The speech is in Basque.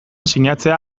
sinatzea